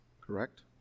correct